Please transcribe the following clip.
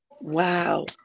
Wow